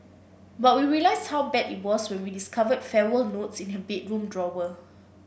but we realised how bad it was when we discovered farewell notes in her bedroom drawer